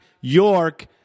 York